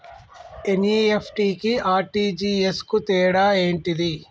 NEFT కి RTGS కు తేడా ఏంటిది?